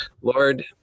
Lord